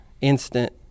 instant